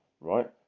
Right